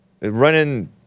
running